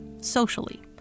socially